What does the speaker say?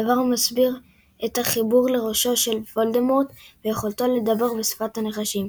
דבר המסביר את החיבור לראשו של וולדמורט ויכולתו לדבר בשפת הנחשים.